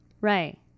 Right